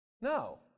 No